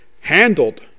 handled